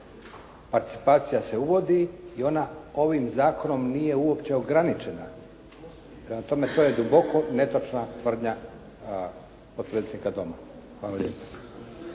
Participacija se uvodi i ona ovim zakonom nije uopće ograničena. Prema tome, to je duboko netočna tvrdnja potpredsjednika Doma.